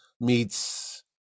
meets